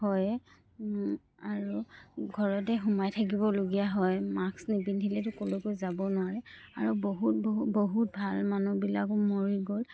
হয়ে আৰু ঘৰতে সোমাই থাকিবলগীয়া হয় মাক্স নিপিন্ধিলেতো ক'লৈকো যাব নোৱাৰে আৰু বহুত বহু বহুত ভাল মানুহবিলাকো মৰি গ'ল